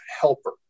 helper